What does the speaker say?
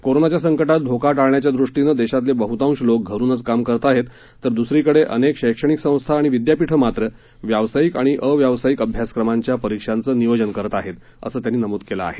कोरोनाच्या संकटात धोका टाळण्याच्या दृष्टीनं देशातले बहुतांश लोक घरूनच काम करत आहेत तर दुसरीकडे अनेक शैक्षणिक संस्था आणि विद्यापीठं मात्र व्यावसायिक आणि अव्यावसायिक अभ्यासक्रमांच्या परीक्षांचं नियोजन करत आहेत असं त्यांनी नमूद केलं आहे